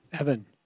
Evan